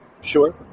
Sure